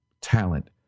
talent